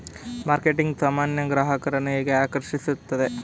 Marketing ಸಾಮಾನ್ಯವಾಗಿ ಗ್ರಾಹಕರನ್ನು ಹೇಗೆ ಆಕರ್ಷಿಸುತ್ತದೆ?